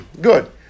Good